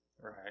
Right